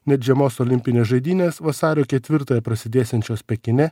net žiemos olimpinės žaidynes vasario ketvirtą prasidėsiančios pekine